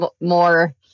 more